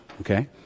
Okay